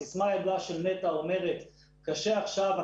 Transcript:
הסיסמה הידועה של נת"ע אומרת "קשה עכשיו,